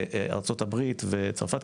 לארצות הברית וצרפת,